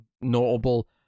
notable